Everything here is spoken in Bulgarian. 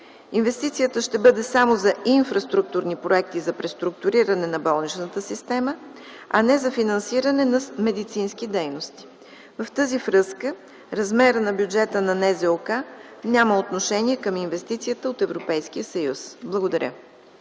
Инвестицията ще бъде само за инфраструктурни проекти за преструктуриране на болничната система, а не за финансиране на медицински дейности. В тази връзка, размера на бюджета на НЗОК няма отношение към инвестицията от Европейския съюз. Благодаря.